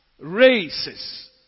races